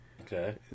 Okay